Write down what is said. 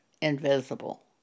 invisible